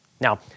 Now